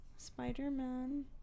Spider-Man